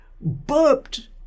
burped